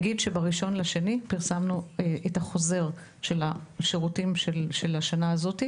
ב-1 בפברואר פרסמנו את החוזר של השירותים של השנה הזאת,